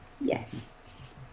Yes